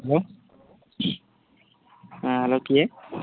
hello hello କିଏ